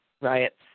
riots